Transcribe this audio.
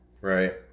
right